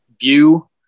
view